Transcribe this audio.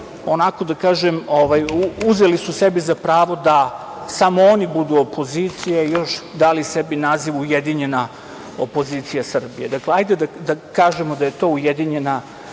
onako da kažem, uzeli su sebi za pravo da samo oni budu opozicija i još dali sebi naziv Ujedinjena opozicija Srbije. Dakle, hajde da kažemo da je to ujedinjena